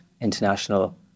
international